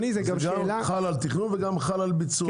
זה חל גם על תכנון וחל גם על הביצוע.